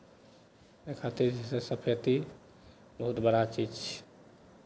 एहि खातिर जे छै सफैती बहुत बड़ा चीज छै